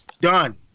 Done